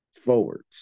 forwards